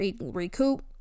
recoup